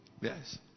Yes